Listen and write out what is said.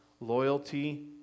loyalty